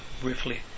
briefly